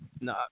No